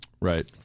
right